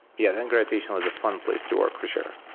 yeah, then gravitational is a fun place to work for sure.